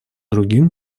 другим